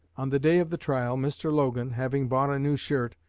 on the day of the trial, mr. logan, having bought a new shirt,